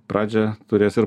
pradžią turės ir